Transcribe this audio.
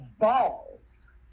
balls